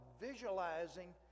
visualizing